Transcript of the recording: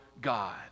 God